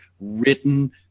written